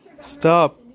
stop